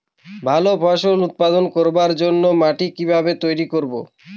ভালো ফসল উৎপাদন করবার জন্য মাটি কি ভাবে তৈরী করব?